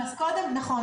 נכון.